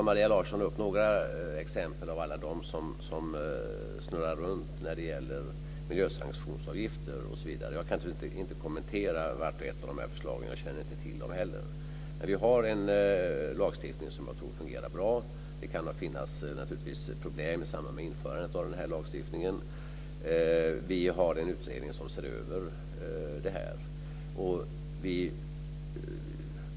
Maria Larsson tar upp några exempel av alla dem som snurrar runt när det gäller miljösanktionsavgifter osv. Jag kan inte kommentera vart och ett av förslagen, och jag känner inte heller till dem. Vi har en lagstiftning som jag tror fungerar bra. Det kan finnas problem i samband med införandet av lagstiftningen. Vi har en utredning som ser över detta.